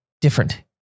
different